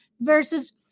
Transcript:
versus